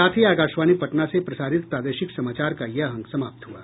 इसके साथ ही आकाशवाणी पटना से प्रसारित प्रादेशिक समाचार का ये अंक समाप्त हुआ